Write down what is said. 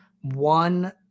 one